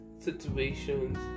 situations